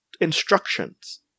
instructions